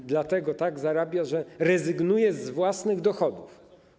Rząd tak zarabia, że rezygnuje z własnych dochodów.